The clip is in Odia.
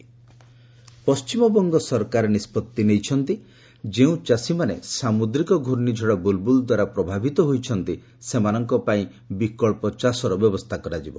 ଡବୁବି ଫାର୍ମର୍ସ ପଶ୍ଚିମବଙ୍ଗ ସରକାର ନିଷ୍ପଭି ନେଇଛନ୍ତି ଯେ ଯେଉଁ ଚାଷୀମାନେ ସାମୁଦ୍ରିକ ଘୂର୍ଣ୍ଣିଝଡ଼ ବୁଲ୍ବୁଲ୍ ଦ୍ୱାରା ପ୍ରଭାବିତ ହୋଇଛନ୍ତି ସେମାନଙ୍କ ପାଇଁ ଏକ ବିକଳ୍ପ ଚାଷର ବ୍ୟବସ୍ଥା କରାଯିବ